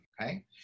Okay